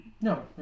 No